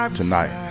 tonight